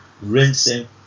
rinsing